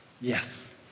Yes